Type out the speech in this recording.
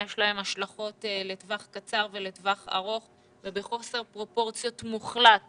יש להן השלכות לטווח קצר ולטווח ארוך ובחוסר פרופורציות מוחלט